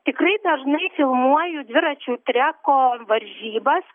tikrai dažnai filmuoju dviračių treko varžybas